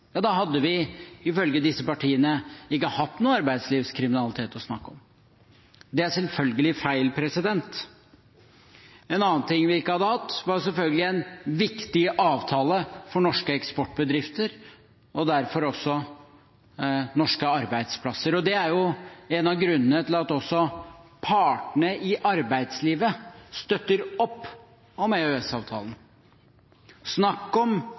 Ja, da hadde vi, ifølge disse partiene, ikke hatt noe arbeidslivskriminalitet å snakke om. Det er selvfølgelig feil. En annen ting vi ikke hadde hatt, er selvfølgelig en viktig avtale for norske eksportbedrifter og derfor også for norske arbeidsplasser. Det er jo en av grunnene til at partene i arbeidslivet støtter opp om EØS-avtalen. Snakk om